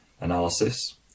analysis